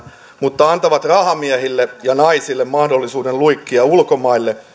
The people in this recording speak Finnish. mutta antaa rahamiehille ja naisille mahdollisuuden luikkia ulkomaille